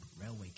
Railway